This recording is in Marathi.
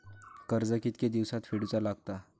कर्ज कितके दिवसात फेडूचा लागता?